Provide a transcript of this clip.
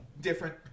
different